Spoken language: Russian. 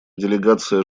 делегация